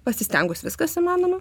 pasistengus viskas įmanoma